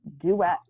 duet